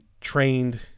trained